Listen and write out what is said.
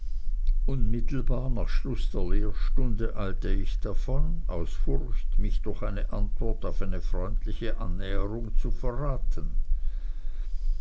unmittelbar nach schluß der lehrstunde eilte ich davon aus furcht mich durch eine antwort auf eine freundliche annäherung zu verraten